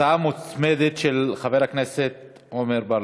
הצעה מוצמדת של חבר הכנסת עמר בר-לב,